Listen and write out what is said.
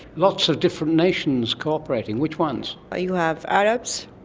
lots of different nations cooperating. which ones? you have arabs,